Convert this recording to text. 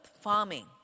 Farming